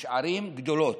יש ערים גדולות.